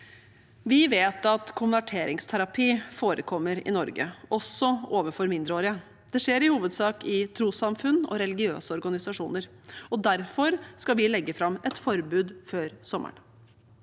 Vi vet at konverteringsterapi forekommer i Norge, også overfor mindreårige. Det skjer i hovedsak i trossamfunn og religiøse organisasjoner. Derfor skal vi legge fram et forbud før sommeren.